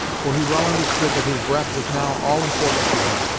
for he well understood that his breath was now all important to him.